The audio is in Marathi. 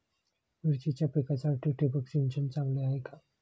मिरचीच्या पिकासाठी ठिबक सिंचन चांगले आहे का?